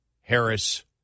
Harris